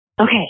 Okay